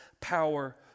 power